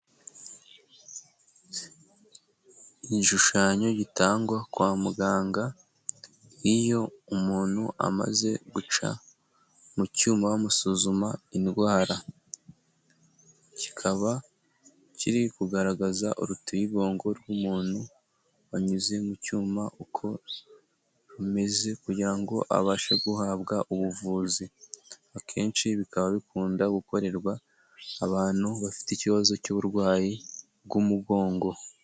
Igishushanyo gitangwa kwa muganga iyo umuntu amaze guca mu cyuma bamusuzuma indwara, kikaba kiri kugaragaza urutigongo rw'umuntu wanyuze mu cyuma uko rumeze kugira ngo abashe guhabwa ubuvuzi, akenshi bikaba bikunda gukorerwa abantu bafite ikibazo cy'uburwayi bw'umugongo.